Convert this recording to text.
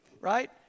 right